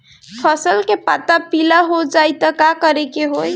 फसल के पत्ता पीला हो जाई त का करेके होई?